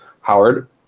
Howard